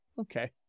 okay